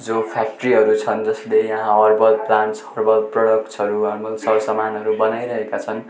जो फ्याक्ट्रीहरू छन् जसले यहाँ हर्बल प्लान्टस हर्बल प्रडक्ट्सहरू हर्बल सरसामानहरू बनाइरहेका छन्